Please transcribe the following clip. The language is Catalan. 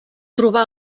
trobar